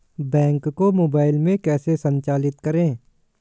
Bank को mobile में कैसे संचालित करें?